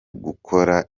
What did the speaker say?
gukora